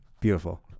Beautiful